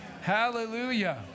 Hallelujah